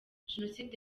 jenoside